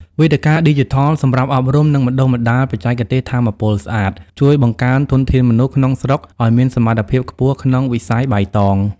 វេទិកាឌីជីថលសម្រាប់អប់រំ និងបណ្ដុះបណ្ដាលបច្ចេកទេសថាមពលស្អាត ជួយបង្កើនធនធានមនុស្សក្នុងស្រុកឱ្យមានសមត្ថភាពខ្ពស់ក្នុងវិស័យបៃតង។